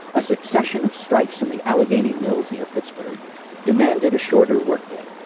a succession of strikes in the allegheny mills near pittsburgh demanded a shorter workday.